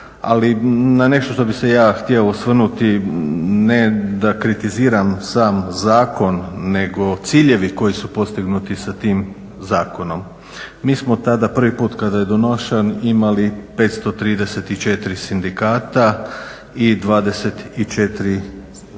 Ali na nešto na što bih se ja htio osvrnuti, ne da kritiziram sam zakon nego ciljevi koji su postignuti sa tim zakonom. Mi smo tada prvi put kada je donošen imali 534 sindikata i 24 udruge